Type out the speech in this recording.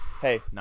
Hey